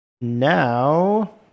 Now